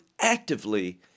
actively